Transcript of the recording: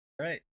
Right